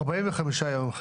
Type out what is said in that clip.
עונים לך אחרי 45 ימים.